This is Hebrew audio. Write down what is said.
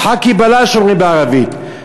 "חכי בלאש" אומרים בערבית.